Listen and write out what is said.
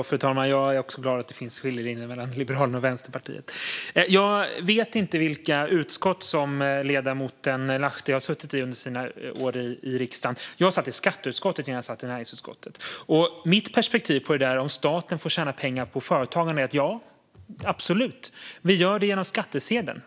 Fru talman! Jag är också glad att det finns skiljelinjer mellan Liberalerna och Vänsterpartiet. Jag vet inte vilka utskott som ledamoten Lahti har suttit i under sina år i riksdagen. Jag satt i skatteutskottet innan, och jag sitter nu i näringsutskottet. Mitt perspektiv på om staten får tjäna pengar på företagande är: Ja, absolut. Vi gör det genom skattsedeln.